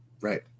Right